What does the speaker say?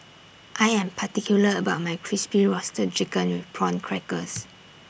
I Am particular about My Crispy Roasted Chicken with Prawn Crackers